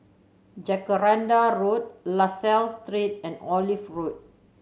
Jacaranda Road La Salle Street and Olive Road